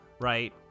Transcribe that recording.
right